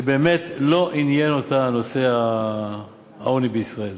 שלא עניין אותה נושא העוני בישראל.